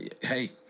Hey